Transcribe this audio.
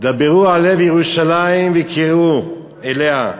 "דברו על לב ירושלים וקראו אליה".